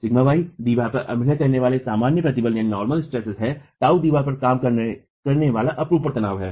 σy दीवार पर अभिनय करने वाला सामान्य प्रतिबल है τ दीवार पर काम करने वाला अपरूपण तनाव है